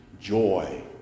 joy